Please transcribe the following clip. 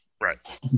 Right